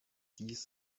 dies